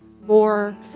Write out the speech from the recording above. more